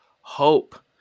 hope